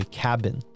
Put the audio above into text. cabin